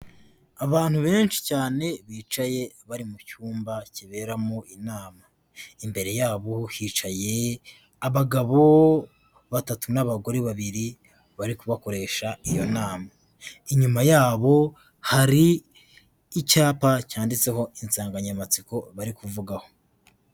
Abantu benshi cyane bicaye bari mu cyumba kiberamo inama, imbere yabo hicaye abagabo batatu n'abagore babiri bari kubaresha iyo nama, inyuma yabo hari icyapa cyanditseho insanganyamatsiko bari kuvugaho.